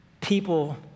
people